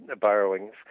borrowings